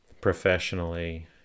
Professionally